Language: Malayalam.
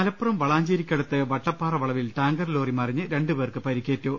മലപ്പുറം വളാഞ്ചേരിക്കടുത്ത് വട്ടപ്പാറ വളവിൽ ടാങ്കർ ലോറി മറിഞ്ഞ് രണ്ട് പേർക്ക് പരിക്കേറ്റു